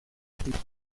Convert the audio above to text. clip